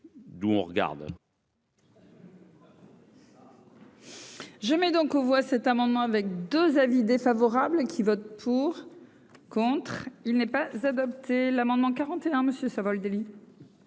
d'où on regarde.